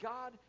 God